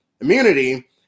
immunity